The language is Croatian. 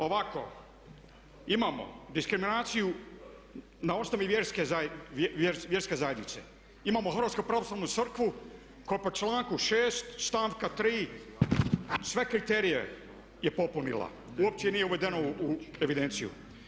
Ovako, imamo diskriminaciju na osnovi vjerske zajednice, imamo Hrvatsku pravoslavnu crkvu koja po članku 6. stavka 3. sve kriterije je popunila, uopće nije uvedeno u evidenciju.